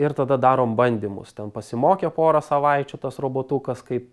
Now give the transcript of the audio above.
ir tada darom bandymus ten pasimokė porą savaičių tas robotukas kaip